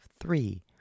three